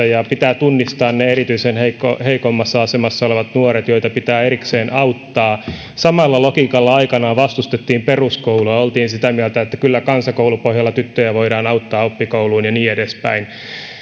ja että pitää tunnistaa ne erityisen heikossa asemassa olevat nuoret joita pitää erikseen auttaa samalla logiikalla vastustettiin aikanaan peruskoulua oltiin sitä mieltä että kyllä kansakoulupohjalla tyttöjä voidaan auttaa oppikouluun ja niin edespäin